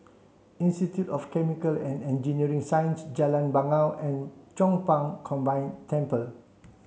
institute of Chemical and Engineering Sciences Jalan Bangau and Chong Pang Combined Temple